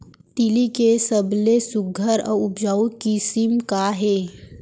तिलि के सबले सुघ्घर अऊ उपजाऊ किसिम का हे?